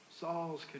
Saul's